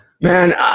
man